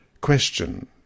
Question